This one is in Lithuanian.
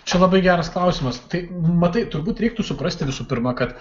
čia labai geras klausimas tai matai turbūt reiktų suprasti visų pirma kad